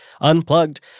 unplugged